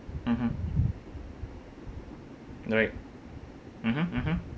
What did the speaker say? mmhmm right mmhmm mmhmm